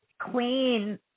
queen